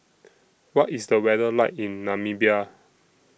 What IS The weather like in Namibia